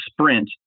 sprint